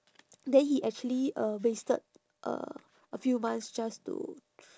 then he actually uh wasted uh a few months just to